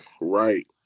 Right